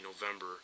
November